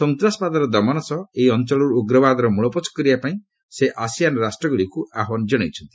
ସନ୍ତାସବାଦର ଦମନ ସହ ଏହି ଅଞ୍ଚଳରୁ ଉଗ୍ରବାଦର ମୂଳପୋଛ କରିବା ପାଇଁ ସେ ଆସିଆନ୍ ରାଷ୍ଟ୍ରଗୁଡ଼ିକୁ ଆହ୍ୱାନ ଜଣାଇଛନ୍ତି